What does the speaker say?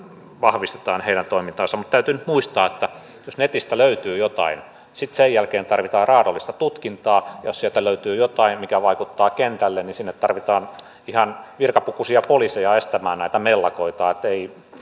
vahvistetaan mutta täytyy nyt muistaa että jos netistä löytyy jotain sitten sen jälkeen tarvitaan raadollista tutkintaa ja jos sieltä löytyy jotain mikä vaikuttaa kentälle niin sinne tarvitaan ihan virkapukuisia poliiseja estämään näitä mellakoita että